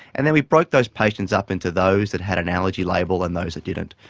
and then we broke those patients up into those that had an allergy label and those that didn't.